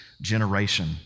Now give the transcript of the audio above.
generation